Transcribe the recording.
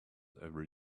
every